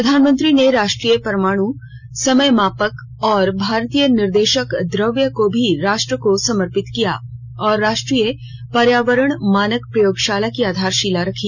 प्रधानमंत्री ने राष्ट्रीय परमाणु समयमापक और भारतीय निर्देशक द्रव्य को भी राष्ट्र को समर्पित किया और राष्ट्रीय पर्यावरण मानक प्रयोगशाला की आधारशिला रखी